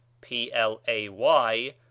P-L-A-Y